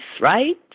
right